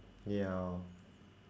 ya